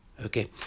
okay